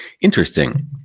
Interesting